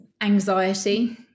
anxiety